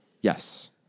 Yes